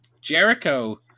Jericho